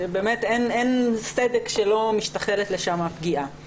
שבאמת אין סדק שלא משתחלת לשם הפגיעה,